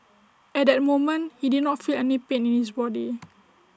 at that moment he did not feel any pain in his body